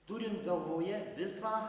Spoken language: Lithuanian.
turint galvoje visą